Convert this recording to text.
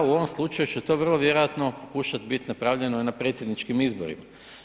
U ovom slučaju će to vrlo vjerojatno pokušati biti napravljeno i na predsjedničkim izborima.